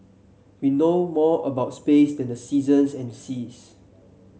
we know more about space than the seasons and the seas